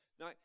Now